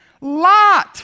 lot